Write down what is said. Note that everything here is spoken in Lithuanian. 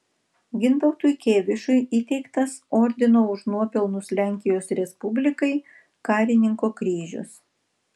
gintautui kėvišui įteiktas ordino už nuopelnus lenkijos respublikai karininko kryžius